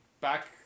back